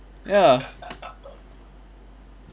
ya